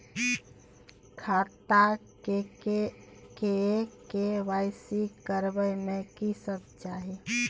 खाता के के.वाई.सी करबै में की सब चाही?